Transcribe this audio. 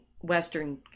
Western